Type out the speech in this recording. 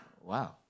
Wow